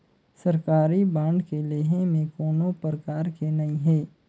सरकारी बांड के लेहे में कोनो परकार के नइ हे